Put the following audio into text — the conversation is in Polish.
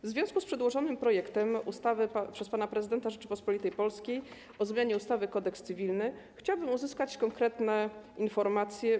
W związku z przedłożonym projektem ustawy przez pana prezydenta Rzeczypospolitej Polskiej o zmianie ustawy - Kodeks cywilny chciałabym uzyskać konkretne informacje.